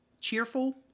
cheerful